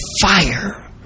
fire